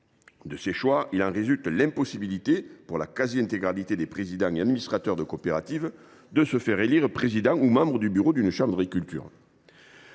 de ces choix l’impossibilité, pour la quasi intégralité des présidents et des administrateurs de coopératives, d’être élus président ou membre du bureau d’une chambre d’agriculture.